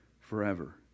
forever